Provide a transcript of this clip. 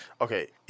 Okay